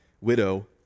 widow